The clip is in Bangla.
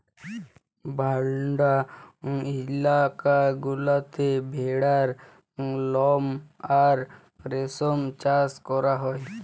ঠাল্ডা ইলাকা গুলাতে ভেড়ার লম আর রেশম চাষ ক্যরা হ্যয়